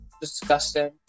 disgusting